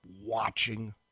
watching